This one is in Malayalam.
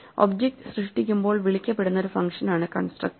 ഒബ്ജക്റ്റ് സൃഷ്ടിക്കുമ്പോൾ വിളിക്കപ്പെടുന്ന ഒരു ഫംഗ്ഷനാണ് കൺസ്ട്രക്റ്റർ